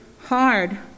hard